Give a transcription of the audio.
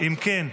אם כן,